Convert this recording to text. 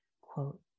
quote